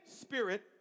spirit